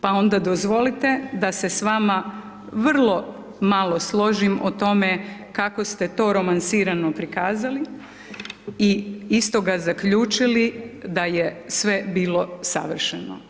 Pa onda dozvolite da se s vama vrlo malo složim o tome kako ste to romansirano prikazali i iz toga zaključili da je sve bilo savršeno.